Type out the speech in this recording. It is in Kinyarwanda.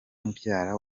mubyara